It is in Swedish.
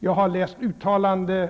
Jag har läst